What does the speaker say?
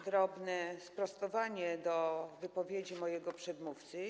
Drobne sprostowanie do wypowiedzi mojego przedmówcy.